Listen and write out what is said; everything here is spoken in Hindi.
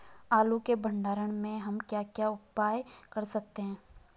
आलू के भंडारण में हम क्या क्या उपाय कर सकते हैं?